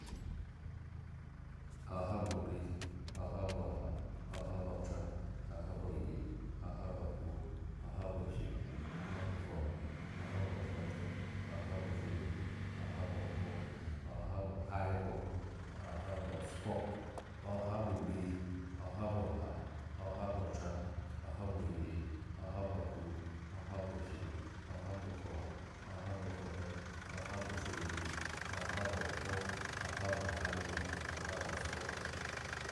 oha ba ori, oha ba ha oha ba tra oha ba oyin oha ba tuno, oha ba ofin oha ba ofuha oha ba fute oha ba fuyin oha ba okpo oha ba hayko oha ba otsko oha ba ori oha ba ha oha ba tra oha ba oyiin oha ba tuno oha ba ofin oha ba ofuha oha ba fute, oha ba fuyin oha ba okpo oha ba hayko oha ba otsko